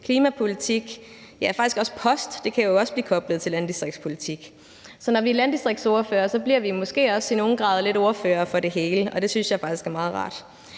også post; det kan jo også blive koblet til landdistriktspolitik. Så når vi er landdistriktsordførere, bliver vi måske også i nogen grad lidt ordførere for det hele, og det synes jeg faktisk er meget rart.